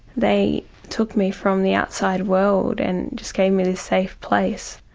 they took me from the outside world and just gave me this safe place.